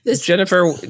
Jennifer